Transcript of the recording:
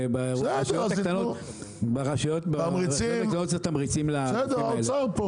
ברשויות הקטנות צריך תמריצים לדברים האלה,